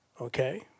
Okay